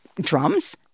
drums